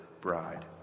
bride